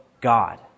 God